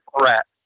threat